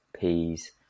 peas